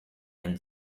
and